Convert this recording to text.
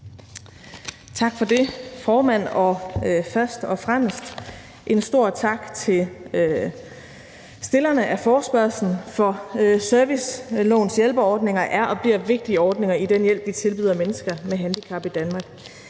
Tak for det, formand, og først og fremmest en stor tak til stillerne af forespørgslen, for servicelovens hjælperordninger er og bliver vigtige ordninger i den hjælp, vi tilbyder mennesker med handicap i Danmark.